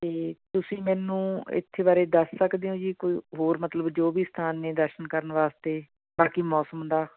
ਅਤੇ ਤੁਸੀਂ ਮੈਨੂੰ ਇੱਥੇ ਬਾਰੇ ਦੱਸ ਸਕਦੇ ਹੋ ਜੀ ਕੋਈ ਹੋਰ ਮਤਲਬ ਜੋ ਵੀ ਸਥਾਨ ਨੇ ਦਰਸ਼ਨ ਕਰਨ ਵਾਸਤੇ ਬਾਕੀ ਮੌਸਮ ਦਾ